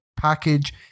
package